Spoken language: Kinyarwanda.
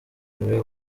niwe